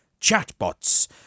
chatbots